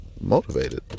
motivated